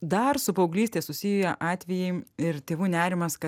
dar su paauglyste susiję atvejai ir tėvų nerimas kad